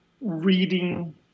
reading